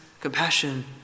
compassion